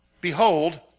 Behold